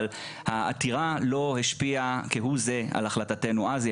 אבל העתירה לא השפיעה כהוא זה על החלטתנו אז,